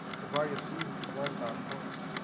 the variety of seasons is learned about in books.